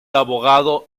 abogado